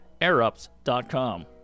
airups.com